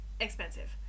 Expensive